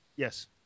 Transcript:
Yes